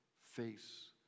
face